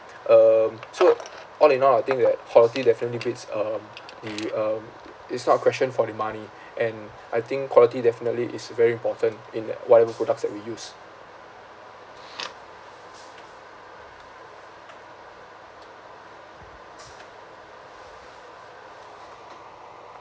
um so all in all I think that quality definitely beats um the um it's not a question for the money and I think quality definitely is very important in whatever products that we use